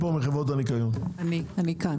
אחנו